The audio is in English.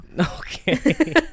Okay